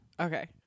Okay